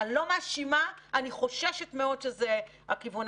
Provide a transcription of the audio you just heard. אני לא מאשימה, אני חוששת מאוד שזה הכיוון.